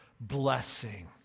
blessing